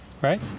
right